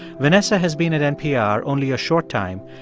vanessa has been at npr only a short time,